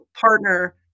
partner